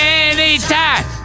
anytime